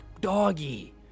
doggy